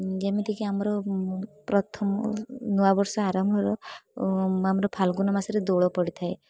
ଯେମିତି କି ଆମର ପ୍ରଥମ ନୂଆ ବର୍ଷ ଆରମ୍ଭର ଆମର ଫାଲ୍ଗୁନ ମାସରେ ଦୋଳ ପଡ଼ିଥାଏ